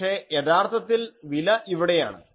പക്ഷേ യഥാർത്ഥത്തിൽ വില ഇവിടെയാണ്